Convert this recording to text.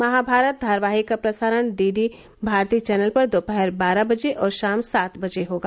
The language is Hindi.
महाभारत धारावाहिक का प्रसारण डीडी भारती चैनल पर दोपहर बारह बजे और शाम सात बजे होगा